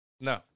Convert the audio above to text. No